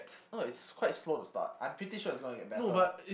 no it's quite slow to start I'm pretty sure it's gonna get better